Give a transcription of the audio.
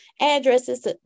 addresses